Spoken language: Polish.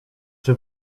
czy